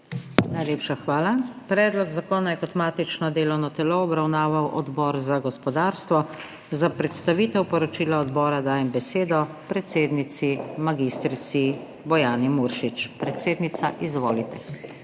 Najlepša hvala. Predlog zakona je kot matično delovno telo obravnaval Odbor za gospodarstvo. Za predstavitev poročila odbora dajem besedo predsednici mag. Bojani Muršič. Predsednica, izvolite.